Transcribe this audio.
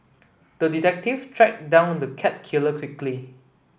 the detective tracked down the cat killer quickly